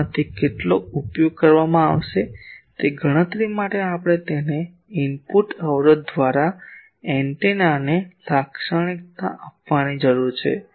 તેમાંથી કેટલો ઉપયોગ કરવામાં આવશે તે ગણતરી માટે આપણે તેના ઇનપુટ અવરોધ દ્વારા એન્ટેનાને લાક્ષણિકતા આપવાની જરૂર છે